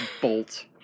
Bolt